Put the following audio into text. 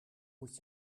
moet